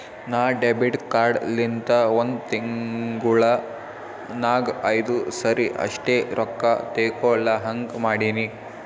ನಾ debit card ಲಿಂತ ಒಂದ್ ತಿಂಗುಳ ನಾಗ್ ಐಯ್ದು ಸರಿ ಅಷ್ಟೇ ರೊಕ್ಕಾ ತೇಕೊಳಹಂಗ್ ಮಾಡಿನಿ